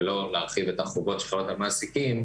ולא להרחיב את החובות שחלות על המעסיקים.